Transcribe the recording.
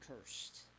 cursed